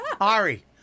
Ari